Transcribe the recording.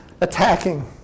attacking